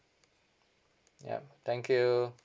yup thank you